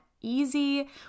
easy